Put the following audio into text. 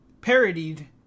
parodied